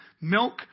milk